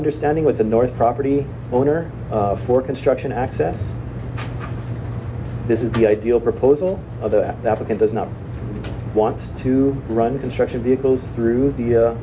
understanding with the north property owner for construction access this is the ideal proposal of the applicant does not want to run construction vehicles through the